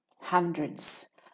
hundreds